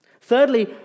Thirdly